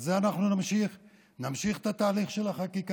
אנחנו נמשיך את זה, נמשיך את התהליך של החקיקה.